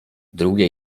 drugie